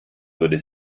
würde